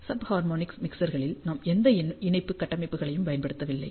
sub harmonic மிக்சர்களில் நாம் எந்த இணைப்பு கட்டமைப்புகளையும் பயன்படுத்தவில்லை